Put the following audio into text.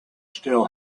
still